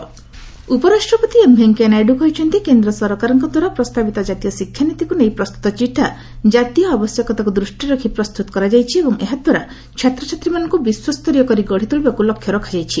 vice president ଉପରାଷ୍ଟ୍ରପତି M Venkaiah Naidu କହିଛନ୍ତି କେନ୍ଦ୍ର ସରକାରଙ୍କଦ୍ୱାରା ପ୍ରସ୍ତାବିତ ଜାତୀୟ ଶିକ୍ଷାନୀତିକୁ ନେଇ ପ୍ରସ୍ତୁତ ଚିଠା ଜାତୀୟ ଆବଶ୍ୟକତାକୁ ଦୃଷ୍ଟିରେ ରଖି ପ୍ରସ୍ତୁତ କରାଯାଇଛି ଏବଂ ଏହାଦ୍ୱାରା ଛାତ୍ରଛାତ୍ରୀମାନଙ୍କୁ ବିଶ୍ୱସ୍ତରୀୟ କରି ଗଢ଼ି ତୋଳିବାକୁ ଲକ୍ଷ୍ୟ ରଖାଯାଇଛି